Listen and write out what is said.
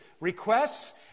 Requests